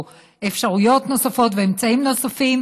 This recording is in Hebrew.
או אפשרויות נוספות ואמצעים נוספים,